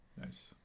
Nice